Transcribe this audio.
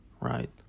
right